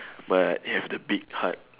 but it have the big heart